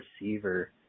receiver